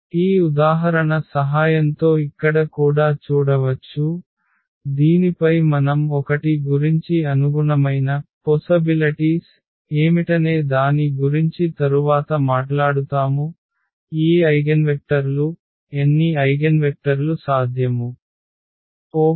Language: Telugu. ఈ ఉదాహరణ సహాయంతో ఇక్కడ కూడా చూడవచ్చు దీనిపై మనం 1 గురించి అనుగుణమైన అవకాశాలు ఏమిటనే దాని గురించి తరువాత మాట్లాడుతాము ఈ ఐగెన్వెక్టర్ లు ఎన్ని ఐగెన్వెక్టర్లు సాధ్యము